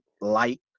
light